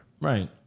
Right